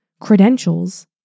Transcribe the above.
credentials